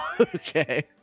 okay